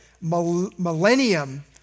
millennium